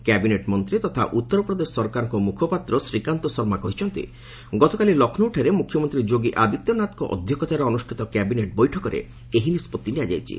cabinet ମନ୍ତ୍ରୀ ତଥା ଉତ୍ତରପ୍ରଦେଶ ସରକାରଙ୍କ ମୁଖପାତ୍ର ଶ୍ରୀକାନ୍ତ ଶର୍ମା କହିଛନ୍ତି ଗତକାଲି ଲକ୍ଷ୍ନୌଠାରେ ମୁଖ୍ୟମନ୍ତ୍ରୀ ଯୋଗୀ ଆଦିତ୍ୟନାଥଙ୍କ ଅଧ୍ୟକ୍ଷତାରେ ଅନୁଷ୍ଠିତ କ୍ୟାବିନେଟ ବୈଠକରେ ଏହି ନିଷ୍ପଭି ନିଆଯାଇଛି